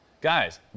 Guys